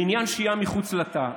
לעניין שהייה מחוץ לתא,